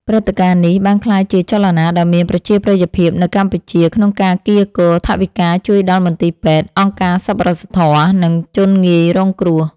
ព្រឹត្តិការណ៍នេះបានក្លាយជាចលនាដ៏មានប្រជាប្រិយភាពនៅកម្ពុជា ក្នុងការកៀរគរថវិកាជួយដល់មន្ទីរពេទ្យ អង្គការសប្បុរសធម៌ និងជនងាយរងគ្រោះ។